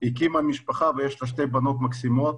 הקימה משפחה ויש לה שתי בנות מקסימות.